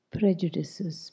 prejudices